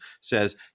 says